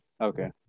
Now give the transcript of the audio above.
okay